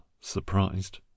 surprised